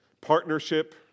partnership